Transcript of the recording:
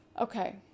Okay